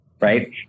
right